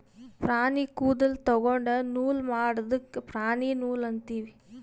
ಪ್ರಾಣಿ ಕೂದಲ ತೊಗೊಂಡು ನೂಲ್ ಮಾಡದ್ಕ್ ಪ್ರಾಣಿದು ನೂಲ್ ಅಂತೀವಿ